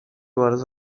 was